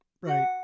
right